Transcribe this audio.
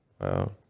Wow